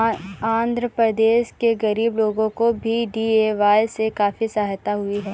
आंध्र प्रदेश के गरीब लोगों को भी डी.ए.वाय से काफी सहायता हुई है